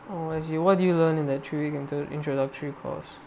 oh I see what did you learn in the three intro~ introductory course